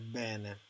bene